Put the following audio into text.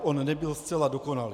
On nebyl zcela dokonalý.